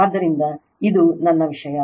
ಆದ್ದರಿಂದ ಇದು ನನ್ನ ವಿಷಯ